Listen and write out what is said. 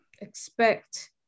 expect